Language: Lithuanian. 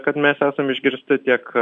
kad mes esam išgirsti tiek